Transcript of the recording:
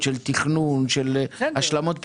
תכנית 18-1103